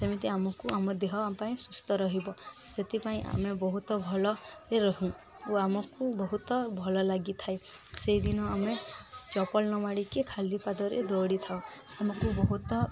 ସେମିତି ଆମକୁ ଆମ ଦେହ ପାଇଁ ସୁସ୍ଥ ରହିବ ସେଥିପାଇଁ ଆମେ ବହୁତ ଭଲରେ ରହୁ ଓ ଆମକୁ ବହୁତ ଭଲ ଲାଗିଥାଏ ସେଇଦିନ ଆମେ ଚପଲ ନ ମାଡ଼ିକି ଖାଲି ପାଦରେ ଦୌଡ଼ିଥାଉ ଆମକୁ ବହୁତ